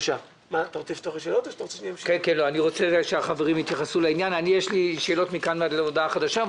יש לי שאלות מכאן ועד להודעה חדשה,